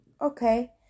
okay